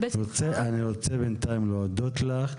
אני רוצה בנתיים להודות לך,